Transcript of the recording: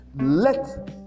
let